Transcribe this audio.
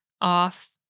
off